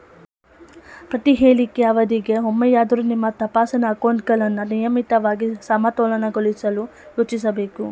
ಪ್ರತಿಹೇಳಿಕೆ ಅವಧಿಗೆ ಒಮ್ಮೆಯಾದ್ರೂ ನಿಮ್ಮ ತಪಾಸಣೆ ಅಕೌಂಟ್ಗಳನ್ನ ನಿಯಮಿತವಾಗಿ ಸಮತೋಲನಗೊಳಿಸಲು ಯೋಚಿಸ್ಬೇಕು